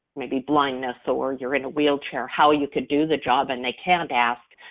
maybe blindness or you're in a wheelchair, how you could do the job and they can't ask,